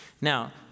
Now